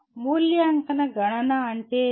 మూల్యాంకన గణన అంటే ఏమిటి